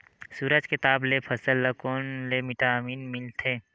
सूरज के ताप ले फसल ल कोन ले विटामिन मिल थे?